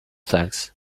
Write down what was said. thanks